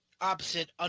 opposite